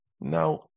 Now